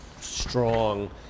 strong